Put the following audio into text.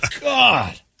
God